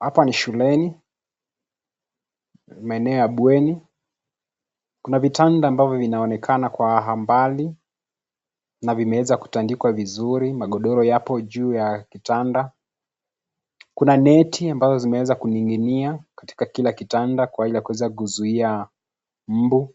Hapa ni shuleni maeneo ya bweni kuna vitanda ambavyo vinaonekana kwa mbali, na vimeweza kutandikwa vizuri magodoro yapo juu ya kitanda. Kuna neti ambazo zimeweza kuninginia katika kila kitanda kwa ili kuweza kuzuia mbu